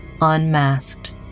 unmasked